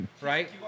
right